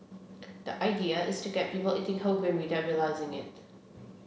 the idea is to get people eating whole grain without realising it